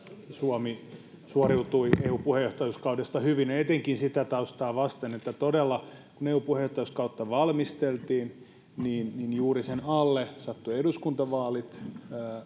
suomi suoriutui eun puheenjohtajuuskaudesta hyvin etenkin sitä taustaa vasten että todella kun eu puheenjohtajuuskautta valmisteltiin juuri sen alle sattuivat eduskuntavaalit ja se